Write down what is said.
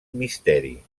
misteri